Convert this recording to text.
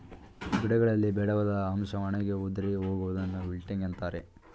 ಗಿಡಗಳಲ್ಲಿ ಬೇಡವಾದ ಅಂಶ ಒಣಗಿ ಉದುರಿ ಹೋಗುವುದನ್ನು ವಿಲ್ಟಿಂಗ್ ಅಂತರೆ